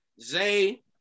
Zay